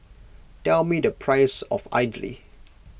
tell me the price of idly